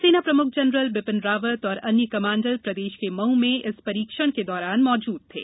सेना प्रमुख जनरल बिपिन रावत और अन्य कमांडर प्रदेश के मऊ में इस परीक्षण के दौरान मौजूद थे